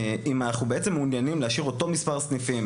אם אנחנו בעצם מעוניינים להשאיר אותו מספר סניפים